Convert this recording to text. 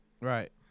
Right